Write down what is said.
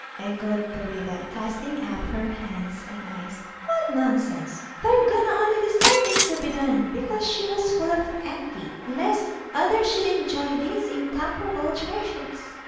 echoed thurida, casting up her hands and eyes what nonsense! thorgunna only desired this to be done because she was full of envy lest others should enjoy these incomparable treasures.